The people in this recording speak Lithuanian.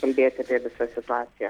kalbėti apie visą situaciją